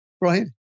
Right